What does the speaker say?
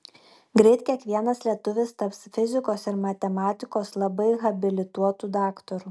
greit kiekvienas lietuvis taps fizikos ir matematikos labai habilituotu daktaru